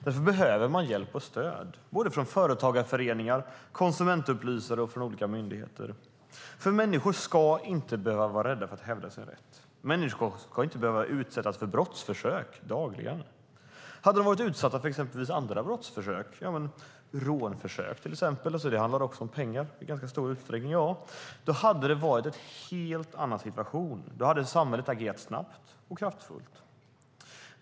Därför behöver man hjälp och stöd från företagarföreningar, konsumentupplysare och olika myndigheter. Människor ska inte behöva vara rädda för att hävda sin rätt. Människor ska inte behöva utsättas för brottsförsök dagligen. Hade de varit utsatta för exempelvis andra brottsförsök, som rånförsök, där det också i ganska stor utsträckning handlar om pengar, hade det varit en helt annan situation. Då hade samhället agerat snabbt och kraftfullt.